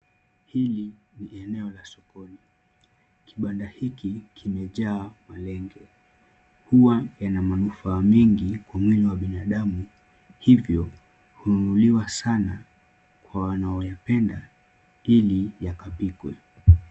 Hili ni eneo la sokoni. Kandanda hiki kimejaa malenge. Huwa yana manufaa mingi kwa mwili wa binadamu hivyo hunuliwa sana kwa wanaoyapenda ili yakapikwe.